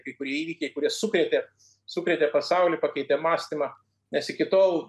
kai kurie įvykiai kurie sukrėtė sukrėtė pasaulį pakeitė mąstymą nes iki tol